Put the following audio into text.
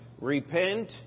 repent